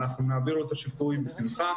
אנחנו נעביר לו את השיפוי בשמחה.